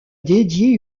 dédié